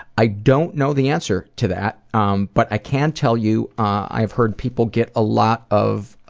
i don't know the answer to that um but i can tell you i have heard people get a lot of